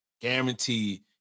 Guaranteed